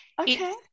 okay